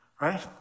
Right